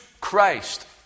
Christ